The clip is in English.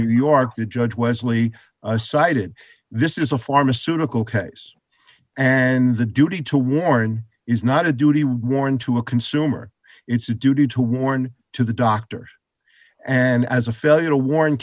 new york the judge wesley cited this is a pharmaceutical case and the duty to warn is not a duty worn to a consumer it's a duty to warn to the doctor and as a failure to warn